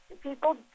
people